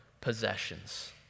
possessions